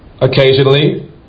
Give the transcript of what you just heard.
occasionally